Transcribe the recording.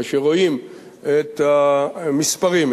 כאשר רואים את המספרים,